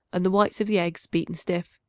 and the whites of the eggs beaten stiff.